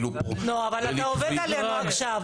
אתה עובד עלינו עכשיו.